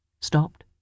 stopped